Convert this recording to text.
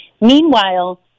Meanwhile